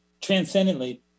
transcendently